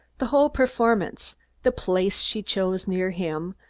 the whole performance the place she chose near him,